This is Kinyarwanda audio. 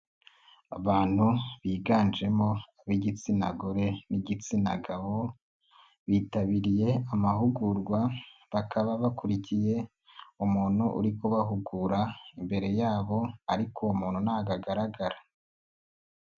Abantu biganjemo ab'igitsina gore n'igitsina gabo bitabiriye amahugurwa bakaba bakurikiye umuntu uri kubahugura imbere yabo ariko uwo muntu ntabwo agaragara.